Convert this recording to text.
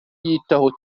yitaho